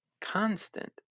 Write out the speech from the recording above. constant